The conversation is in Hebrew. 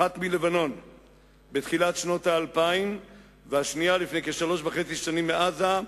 אחת מלבנון בתחילת שנות האלפיים והשנייה לפני כשלוש וחצי שנים מעזה,